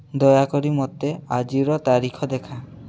ଦୟାକରି ମୋତେ ଆଜିର ତାରିଖ ଦେଖା